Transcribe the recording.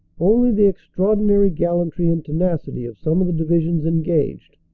only the extraordinary gallantry and tenacity of some of the divisions engaged,